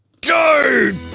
Go